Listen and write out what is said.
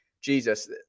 jesus